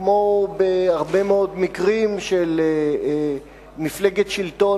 כמו בהרבה מאוד מקרים של מפלגת שלטון